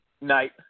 Night